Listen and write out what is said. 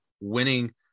winning